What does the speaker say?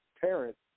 parents